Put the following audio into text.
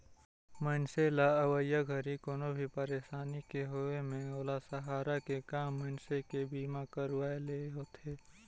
मइनसे ल अवइया घरी कोनो भी परसानी के होये मे ओला सम्हारे के काम मइनसे के बीमा करवाये ले होथे